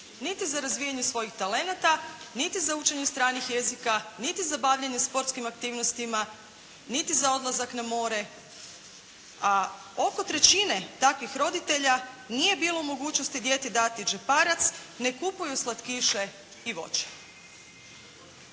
niti za razvijanje svojih talenata, niti za učenje stranih jezika, niti za bavljenje sportskim aktivnostima, niti za odlazak na more, a oko trećine takvih roditelja nije bilo u mogućnosti djeci dati džeparac, ne kupuju slatkiše i voće.